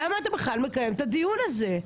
למה אתה בכלל מקיים את הדיון הזה?